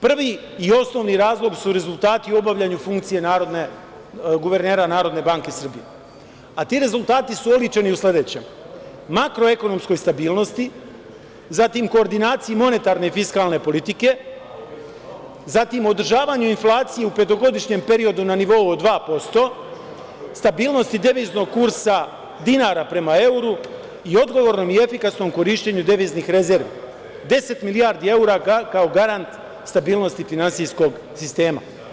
Prvi i osnovni razlog su rezultati u obavljanju funkcije guvernera NBS, a ti rezultati su oličeni u sledećem: makro-ekonomskoj stabilnosti, koordinaciji monetarne fiskalne politike, održavanju inflacije u petogodišnjem periodu na nivou od 2%, stabilnosti deviznog kursa dinara prema evru i odgovornom i efikasnom korišćenju deviznih rezervi, deset milijardi evra kao garant stabilnosti finansijskog sistema.